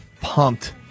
pumped